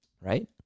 Right